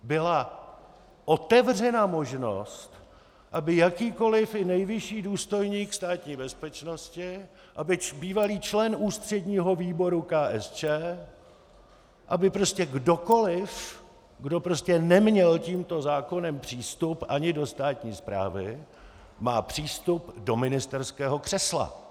Byla otevřena možnost, aby jakýkoliv, i nejvyšší důstojník Státní bezpečnosti, bývalý člen Ústředního výboru KSČM, aby prostě kdokoliv, kdo neměl tímto zákonem přístup ani do státní správy, měl přístup do ministerského křesla.